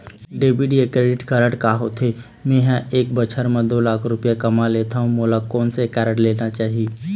Debit या credit card का होथे, मे ह एक बछर म दो लाख रुपया कमा लेथव मोला कोन से कारड लेना चाही?